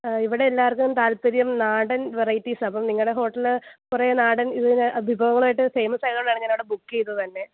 ഇവിടെ എല്ലാവർക്കും താൽപര്യം നാടൻ വെറൈറ്റീസ് ആണ് അപ്പം നിങ്ങളുടെ ഹോട്ടൽ കുറേ നാടൻ ഇങ്ങനെ വിഭവങ്ങളായിട്ട് ഫേമസ് ആയതുകൊണ്ടാണ് ഞാൻ അവിടെ ബുക്ക് ചെയ്തത് തന്നെ